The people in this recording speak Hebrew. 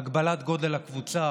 הגבלת גודל הקבוצה,